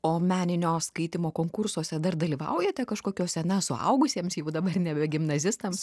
o meninio skaitymo konkursuose dar dalyvaujate kažkokiose ne suaugusiems jeigu dabar nebe gimnazistams